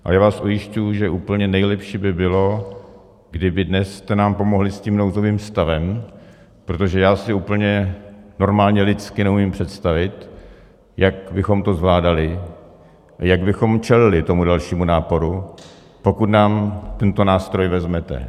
Ale já vás ujišťuji, že úplně nejlepší by bylo, kdybyste dnes nám pomohli s tím nouzovým stavem, protože já si úplně normálně lidsky neumím představit, jak bychom to zvládali, jak bychom čelili tomu dalšímu náporu, pokud nám tento nástroj vezmete.